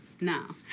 No